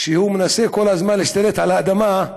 והוא מנסה כל הזמן להשתלט על האדמה,